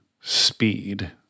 speed